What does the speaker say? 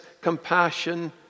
compassion